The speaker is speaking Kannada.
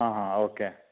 ಹಾಂ ಹಾಂ ಓಕೆ